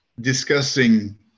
discussing